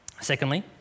Secondly